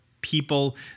people